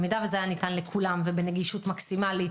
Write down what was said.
אם זה היה ניתן לכולם ובנגישות מקסימלית,